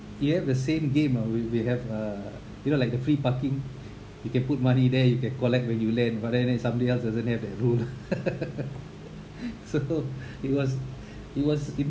you have the same game or we we have uh you know like the free parking you can put money there you can collect when you land but then somebody else doesn't have that ruled circle it was it was it